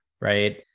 right